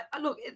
look